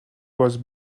was